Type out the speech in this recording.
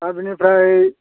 आरो बिनिफ्राय